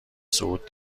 صعود